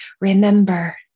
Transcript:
remember